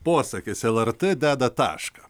posakis lrt deda tašką